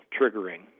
triggering